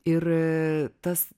ir tas